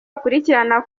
akurikirana